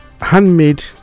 handmade